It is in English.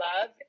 love